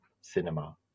cinema